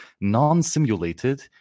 non-simulated